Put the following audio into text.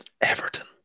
Everton